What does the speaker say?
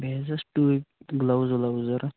بیٚیہِ حظ ٲسۍ ٹوٗپۍ گٕلوٕز وٕلوٕز ضرورَت